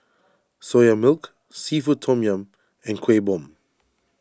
Soya Milk Seafood Tom Yum and Kuih Bom